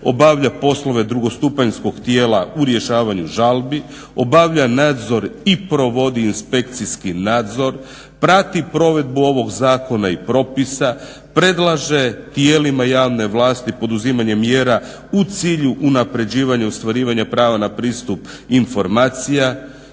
35.obavlja poslove drugostupanjskog tijela u rješavanju žalbi, obavlja nadzor i provodi inspekcijski nadzor, prati provedbu ovog zakona i propisa, predlaže tijelima javne vlasti poduzimanje mjera u cilju unapređivanja i ostvarivanje prava na pristup informacija,